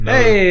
Hey